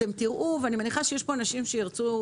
אתם תראו ואני מניחה שיש אנשים שיגידו,